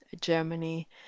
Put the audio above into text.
Germany